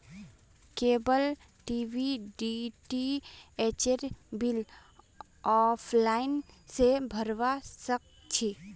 cable TV डीटीएचेर bill offline स भरवा सक छी